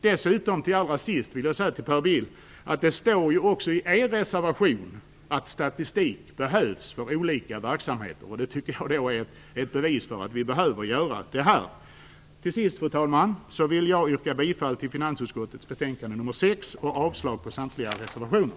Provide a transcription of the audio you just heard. Dessutom vill jag avslutningsvis säga till Per Bill att det står även i er reservation att statistik behövs för olika verksamheter. Det är ett bevis för att det här behövs. Fru talman! Jag vill yrka bifall till hemställan i finansutskottets betänkande nr 6 och avslag på samtliga reservationer.